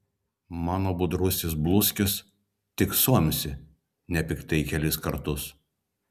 mano budrusis bluskis tik suamsi nepiktai kelis kartus